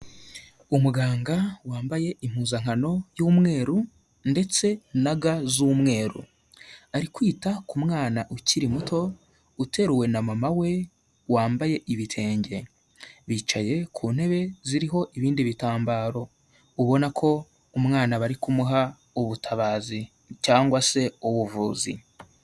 Umuganga wambaye impuzankano y'umweru ndetse na ga z'umweru. Ari kwita ku mwana ukiri muto, uteruwe na mama we wambaye ibitenge. Bicaye ku ntebe ziriho ibindi bitambaro, ubona ko umwana bari kumuha ubutabazi cyangwa se ubuvuzi.